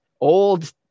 old